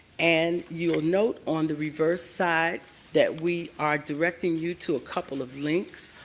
and you will note on the reverse side that we are directing you to a couple of links.